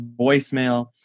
voicemail